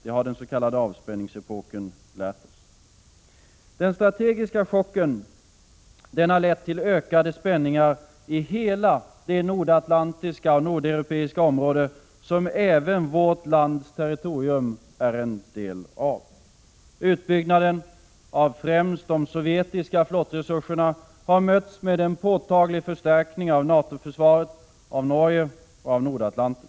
Det har den s.k. avspänningsepoken lärt oss. Den strategiska chocken har lett till ökade spänningar i hela det nordatlantiska och nordeuropeiska området som även vårt lands territorium är en del av. Utbyggnaden av främst de sovjetiska flottresurserna har mötts med en = Prot. 1986/87:133 påtaglig förstärkning av NATO-försvaret av Norge och Nordatlanten.